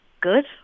good